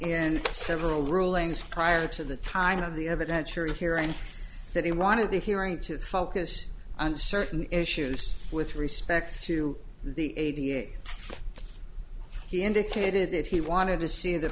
in several rulings prior to the time of the evidentiary hearing that he wanted the hearing to focus on certain issues with respect to the a t m he indicated that he wanted to see the